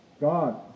God